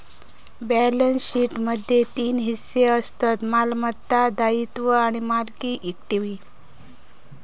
balance शीटमध्ये तीन हिस्से असतत मालमत्ता, दायित्वे आणि मालकी इक्विटी